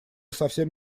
совсем